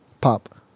pop